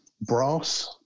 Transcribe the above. brass